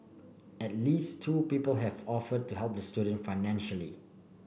at least two people have offered to help the student financially